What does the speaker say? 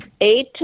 eight